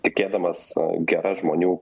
tikėdamas gera žmonių